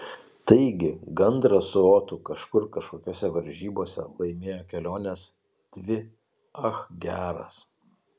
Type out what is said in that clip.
taigi gandras su otu kažkur kažkokiose varžybose laimėjo keliones dvi ach geras